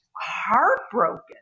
heartbroken